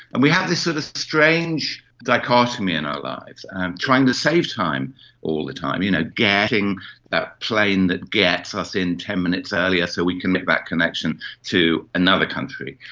and we have this sort of strange dichotomy in our lives and trying to save time all the time. you know, getting a plane that gets us in ten minutes earlier so we can make that connection to another country.